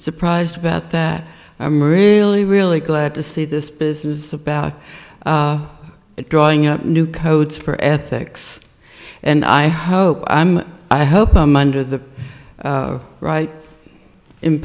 surprised about that i'm really really glad to see this business about drawing up new codes for ethics and i hope i'm i hope i'm under the right i